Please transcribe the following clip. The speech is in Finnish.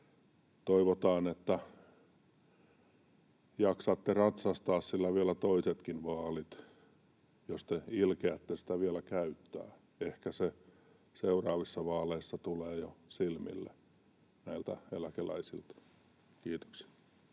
Toivotaan, että jaksatte ratsastaa sillä vielä toisetkin vaalit, jos te ilkeätte sitä vielä käyttää. Ehkä se seuraavissa vaaleissa tulee jo silmille näiltä eläkeläisiltä. — Kiitoksia.